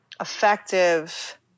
effective